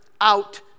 out